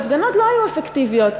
ההפגנות לא היו אפקטיביות,